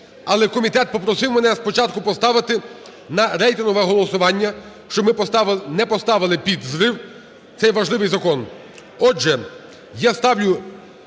Але комітет попросив мене спочатку поставити на рейтингове голосування, щоб ми не поставили під зрив цей важливий закон.